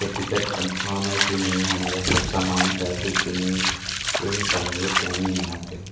के ticket confirm है कि नहीं हमारा सब सामान पैक है कि नहीं यही सब हम लोग प्लानिंग बनाते हैं